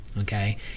Okay